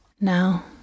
now